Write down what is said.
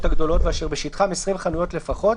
הגדולות ואשר בשטחם 20 חנויות לפחות